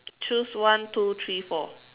choose one two three four